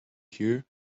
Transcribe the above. here